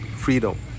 freedom